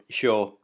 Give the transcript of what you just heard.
sure